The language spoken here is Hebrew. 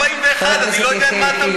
יואל, אין סעיף 41, אני לא יודע על מה אתה מדבר.